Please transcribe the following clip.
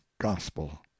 gospel